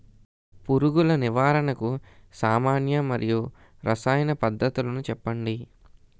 పురుగుల నివారణకు సామాన్య మరియు రసాయన పద్దతులను చెప్పండి?